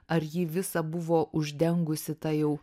ar jį visą buvo uždengusi ta jau